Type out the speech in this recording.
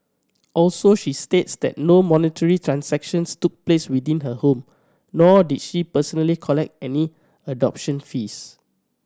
also she states that no monetary transactions took place within her home nor did she personally collect any adoption fees